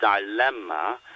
dilemma